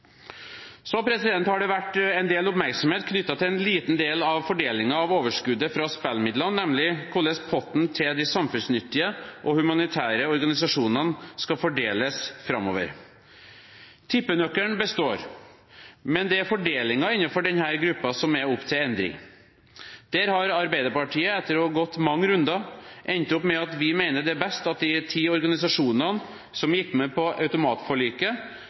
har vært en del oppmerksomhet knyttet til en liten del av fordelingen av overskuddet fra spillemidlene, nemlig hvordan potten til de samfunnsnyttige og humanitære organisasjonene skal fordeles framover. Tippenøkkelen består – det er fordelingen innenfor denne gruppen som er oppe til endring. Vi i Arbeiderpartiet har, etter å ha gått mange runder, endt opp med at vi mener det er best at de ti organisasjonene som gikk med på automatforliket,